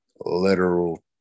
literal